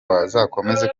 bazakomeza